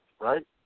right